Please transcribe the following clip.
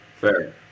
Fair